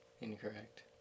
Incorrect